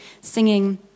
singing